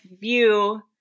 view